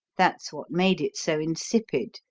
that's what made it so insipid,